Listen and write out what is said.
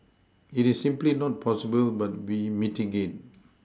it is simply not possible but be mitigate